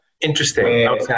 Interesting